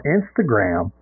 Instagram